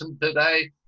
today